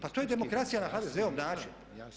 Pa to je demokracija na HDZ-ov način.